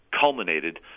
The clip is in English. culminated